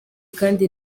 kandi